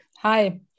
Hi